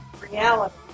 reality